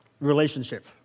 relationship